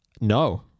No